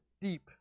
deep